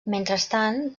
mentrestant